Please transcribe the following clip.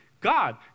God